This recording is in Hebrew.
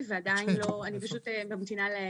אני פשוט ממתינה.